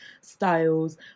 styles